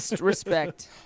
respect